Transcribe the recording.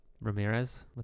Ramirez